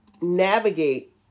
navigate